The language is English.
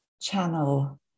channel